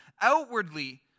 outwardly